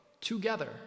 together